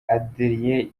adrien